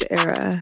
era